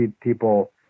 people